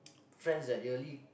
friends that yearly